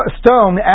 stone